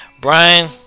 Brian